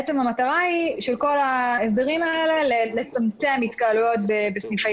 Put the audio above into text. המטרה של כל ההסדרים האלה היא לצמצם התקהלויות בסניפי